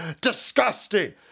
disgusting